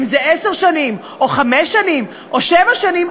זה עשר שנים או חמש שנים או שבע שנים,